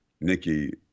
Nikki